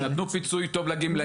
נתנו פיצוי טוב לגמלאים.